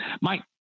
Mike